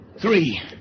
Three